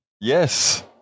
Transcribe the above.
Yes